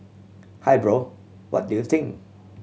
hey bro what do you think